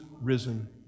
risen